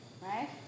right